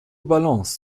balance